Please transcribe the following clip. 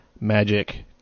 Magic